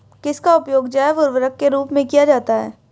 किसका उपयोग जैव उर्वरक के रूप में किया जाता है?